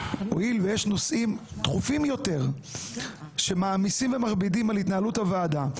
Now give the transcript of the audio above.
הואיל ויש נושאים דחופים יותר שמעמיסים ומכבידים על התנהלות הוועדה,